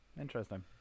interesting